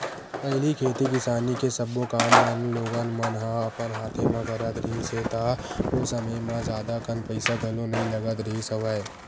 पहिली खेती किसानी के सब्बो काम मन लोगन मन ह अपन हाथे म करत रिहिस हे ता ओ समे म जादा कन पइसा घलो नइ लगत रिहिस हवय